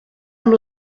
amb